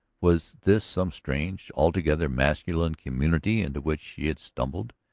was this some strange, altogether masculine, community into which she had stumbled?